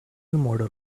model